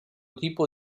tipo